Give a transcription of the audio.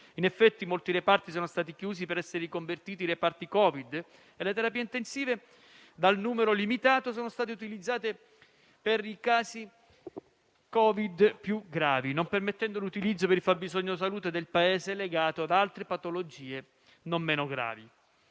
In effetti, molti reparti sono stati chiusi per essere riconvertiti in reparti Covid e le terapie intensive, dal numero limitato, sono state utilizzate per i casi Covid più gravi, non permettendo l'utilizzo per il fabbisogno salute del Paese legato ad altre patologie non meno gravi.